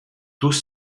tous